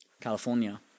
California